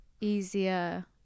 easier